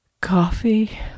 Coffee